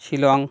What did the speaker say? Shillong